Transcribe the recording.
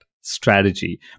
strategy